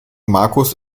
markus